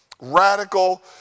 radical